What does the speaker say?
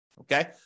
okay